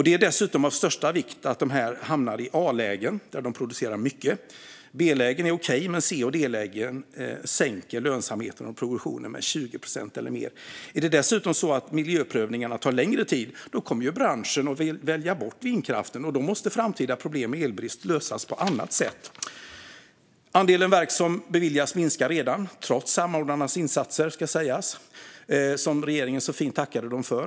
Det är dessutom av största vikt att de här hamnar i A-lägen där de producerar mycket. B-lägen är okej, men C och D-lägen sänker lönsamheten och produktionen med 20 procent eller mer. Om miljöprövningen därtill tar längre tid kommer branschen att välja bort vindkraft, och då måste framtida problem med elbrist lösas på annat sätt. Andelen verk som beviljas tillstånd minskar redan, trots samordnarnas insatser som regeringen så fint tackade dem för.